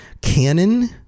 canon